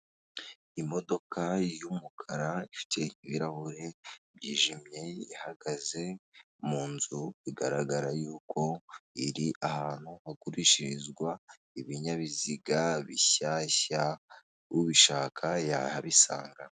Imodoka y'umukara ifite ibirahure byijimye ihagaze mu nzu, bigaragara yuko iri ahantu hagurishirizwa ibinyabiziga bishyashya ubishaka yahabisanga.